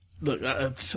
Look